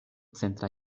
centra